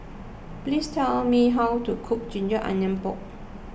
Please tell me how to cook Ginger Onions Pork